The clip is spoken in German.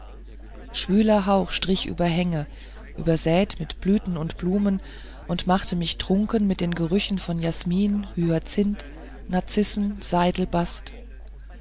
schwüler hauch strich über hänge übersät mit blüten und blumen und machte mich trunken mit den gerüchen von jasmin hyazinthen narzissen